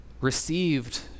received